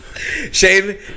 Shane